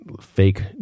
fake